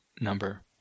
number